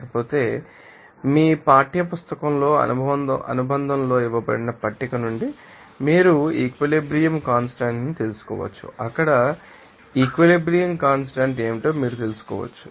లేకపోతే మీ పాఠ్యపుస్తకంలో అనుబంధం లో ఇవ్వబడిన పట్టిక నుండి మీరు ఈక్విలిబ్రియం కాన్స్టాంట్ తెలుసుకోవచ్చు అక్కడ ఈక్విలిబ్రియం కాన్స్టాంట్ ఏమిటో మీరు తెలుసుకోవచ్చు